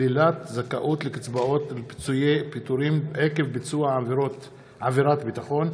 (שלילת זכאות לקצבאות ולפיצויי פיטורים עקב ביצוע עבירת ביטחון),